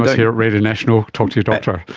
here at radio national, talk to your doctor.